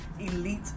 Elite